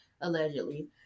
allegedly